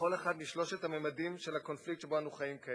אחד משלושת הממדים של הקונפליקט שבו אנו חיים כעת: